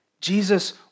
Jesus